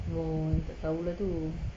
oh dia tak tahu lah tu